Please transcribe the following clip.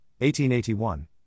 1881